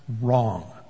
wrong